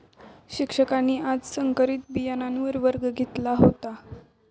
शिक्षकांनी आज संकरित बियाणांवर वर्ग घेतला होता